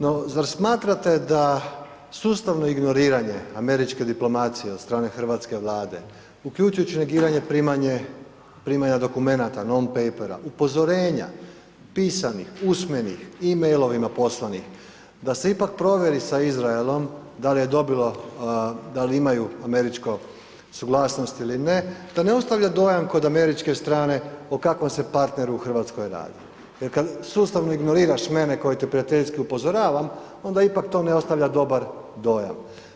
No, zar smatrate da sustavno ignoriranje američke diplomacije od strane hrvatske Vlade, uključujući negiranje primanje dokumenata non papera upozorenja, pisanih, usmenih, e-mailovima poslanih, da se ipak provjeri sa Izraelom da li je dobilo, da li imaju američko suglasnost ili ne, da ne ostavlja dojam kod američke strane o kakvom se partneru u RH radi jer kad sustavno ignoriraš mene koji te prijateljski upozoravam, onda ipak to ne ostavlja dobar dojam.